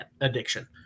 addiction